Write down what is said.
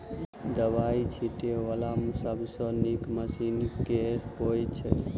दवाई छीटै वला सबसँ नीक मशीन केँ होइ छै?